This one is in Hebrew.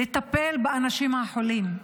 לטפל באנשים החולים.